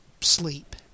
sleep